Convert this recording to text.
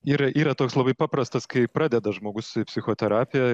yra yra toks labai paprastas kai pradeda žmogus psichoterapiją